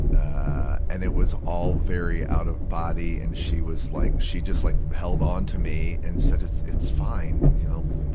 ah and it was all very out of body. and she was like, she just like held onto me, and said it's, it's fine. you know,